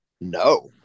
No